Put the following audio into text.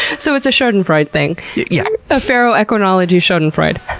so it's a schadenfreude thing? yeah a ferroequinology schadenfreude.